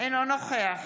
אינו נוכח